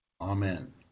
amen